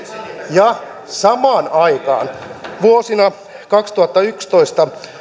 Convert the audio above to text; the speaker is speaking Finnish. ja samaan aikaan vuosina kaksituhattayksitoista